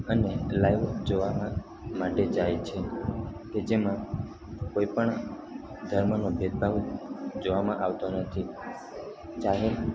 અને લાઈવ જોવામાં માટે જાય છે કે જેમાં કોઈપણ ધર્મનો ભેદભાવ જોવામાં આવતો નથી ચાહે